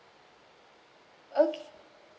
okay